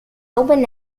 open